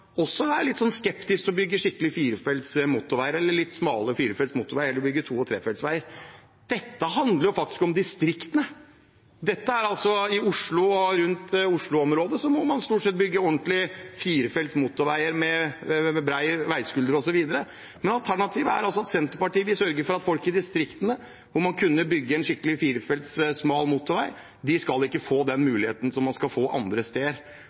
også Senterpartiet er litt skeptisk til å bygge skikkelige firefelts motorveier eller litt smale firefelts motorveier og heller vil bygge to- og trefeltsveier. Dette handler jo om distriktene. I Oslo og Oslo-området bygger man stort sett ordentlige firefelts motorveier med bred veiskulder osv., men Senterpartiet vil sørge for at folk i distriktene, hvor man kunne bygget en skikkelig, smal firefelts motorvei, ikke skal få den muligheten som man skal få andre